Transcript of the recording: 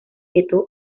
editó